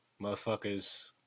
Motherfuckers